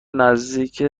نزدیک